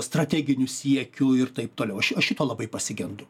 strateginių siekių ir taip toliau aš aš šito labai pasigendu